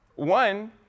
One